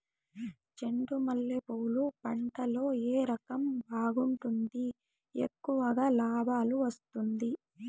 చెండు మల్లె పూలు పంట లో ఏ రకం బాగుంటుంది, ఎక్కువగా లాభాలు వస్తుంది?